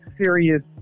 serious